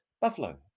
buffalo